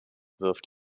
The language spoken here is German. wirft